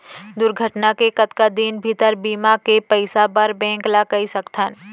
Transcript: दुर्घटना के कतका दिन भीतर बीमा के पइसा बर बैंक ल कई सकथन?